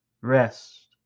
rest